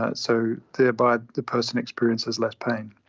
ah so thereby the person experiences less pain.